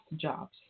jobs